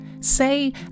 Say